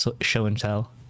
show-and-tell